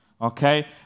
okay